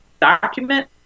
document